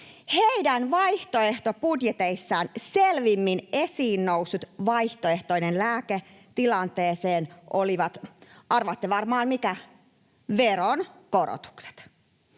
Heidän vaihtoehtobudjeteissaan selvimmin esiin noussut vaihtoehtoinen lääke tilanteeseen oli — arvaatte varmaan, mikä — veronkorotukset.